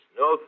no